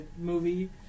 movie